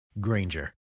Granger